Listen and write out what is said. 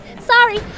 Sorry